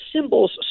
symbols